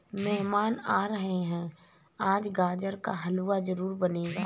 मेहमान आ रहे है, आज गाजर का हलवा जरूर बनेगा